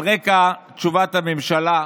על רקע תשובת הממשלה,